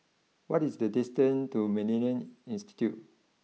what is the distance to Millennia Institute